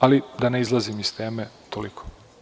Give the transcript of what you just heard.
Ali, da ne izlazim iz teme, toliko.